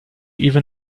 even